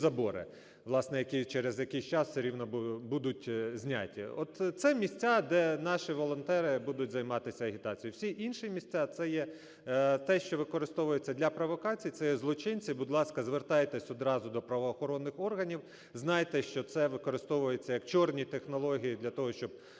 власне, які, через якийсь час все рівно будуть зняті. От це місця, де наші волонтери будуть займатися агітацією. Всі інші місця – це є те, що використовується для провокацій, це є злочинці. Будь ласка, звертайтесь одразу до правоохоронних органів, знайте, що це використовується як "чорні" технології для того, щоби уникнути,